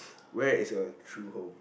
where is your true home